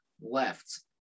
left